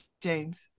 James